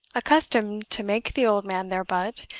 accustomed to make the old man their butt,